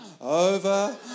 over